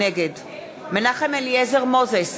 נגד מנחם אליעזר מוזס,